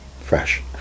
fresh